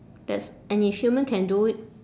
that's and if human can do it